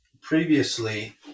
previously